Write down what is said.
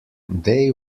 they